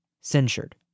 censured